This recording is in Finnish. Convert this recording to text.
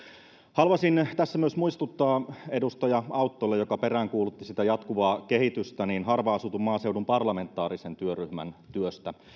haluaisin tässä myös muistuttaa edustaja auttoa joka peräänkuulutti sitä jatkuvaa kehitystä harvaan asutun maaseudun parlamentaarisen työryhmän työstä